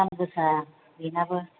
दामगोसा बेनाबो